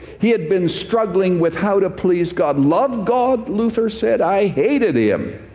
he had been struggling with how to please god. loved god? luther said. i hated him.